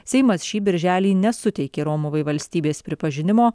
seimas šį birželį nesuteikė romuvai valstybės pripažinimo